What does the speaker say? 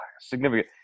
significant